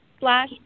Slash